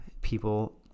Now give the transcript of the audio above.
people